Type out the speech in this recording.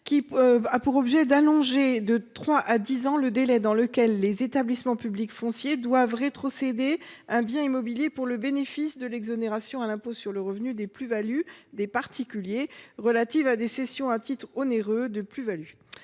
a pour objet d’allonger, de trois à sept ans, le délai dans lequel les établissements publics fonciers (EPF) doivent rétrocéder un bien immobilier pour bénéficier de l’exonération à l’impôt sur le revenu des plus values des particuliers relative à des cessions à titre onéreux en cas